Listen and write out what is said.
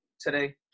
today